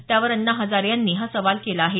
त्यावर अण्णा हजारे यांनी हा सवाल केला आहे